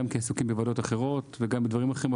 גם כי עסוקים בוועדות אחרות וגם בדברים אחרים.